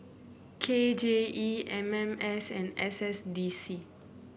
K J E M M S and S S D C